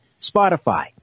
Spotify